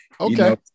Okay